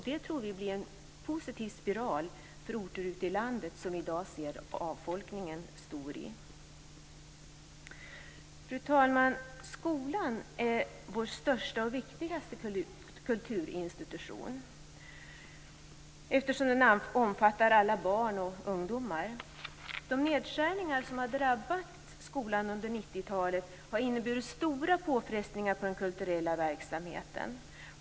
Det tror vi blir en positiv spiral för orter ute i landet där avfolkningen i dag är stor. Fru talman! Skolan är vår största och viktigaste kulturinstitution eftersom den omfattar alla barn och ungdomar. De nedskärningar som har drabbat skolan under 90-talet har inneburit stora påfrestningar på den kulturella verksamheten.